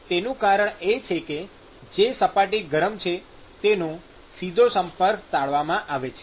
તેનું કારણ એ છે કે જે સપાટી ગરમ છે તેનો સીધો સંપર્ક ટાળવામાં આવે છે